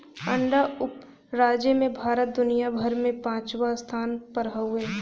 अंडा उपराजे में भारत दुनिया भर में पचवां स्थान पर हउवे